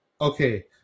Okay